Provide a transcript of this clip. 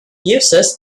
users